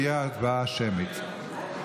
תהיה הצבעה שמית.